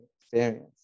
experience